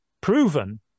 proven